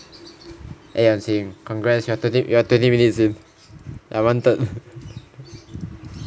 eh yansim congrats you're thirty you're thirty minutes you're one third